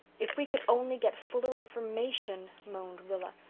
if we could only get fuller information, moaned rilla.